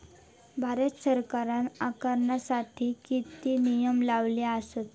भारत सरकारने आयकरासाठी किती नियम लावले आसत?